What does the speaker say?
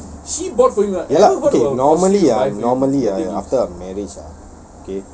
oh ya lah okay normally ah normally ah okay after a marriage ah